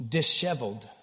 Disheveled